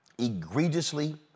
egregiously